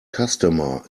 customer